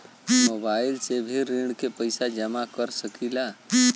Mobile से भी ऋण के पैसा जमा कर सकी ला?